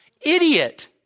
Idiot